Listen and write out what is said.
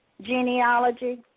genealogy